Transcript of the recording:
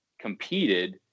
competed